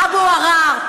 אבו עראר.